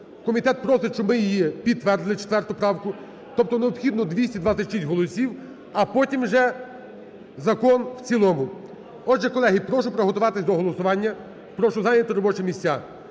Комітет просить, щоб її підтвердили, 4 правку, тобто необхідно 226 голосів, а потім вже закон в цілому. Отже, колеги, прошу приготуватись до голосування. Прошу зайняти робочі місця.